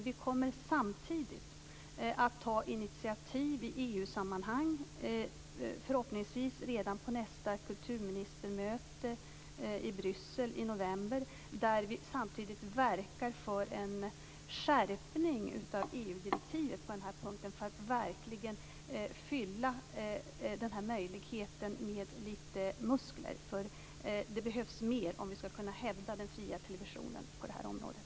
Vi kommer samtidigt att ta initiativ i EU-sammanhang, förhoppningsvis redan på nästa kulturministermöte i Bryssel i november, där vi samtidigt verkar för en skärpning av EU-direktivet på den här punkten för att verkligen fylla den här möjligheten med litet muskler. Det behövs mer om vi skall kunna hävda den fria televisionen på det här området.